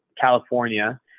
California